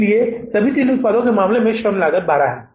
इसलिए सभी तीन उत्पादों के मामलों में श्रम लागत 12 है